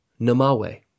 Namawe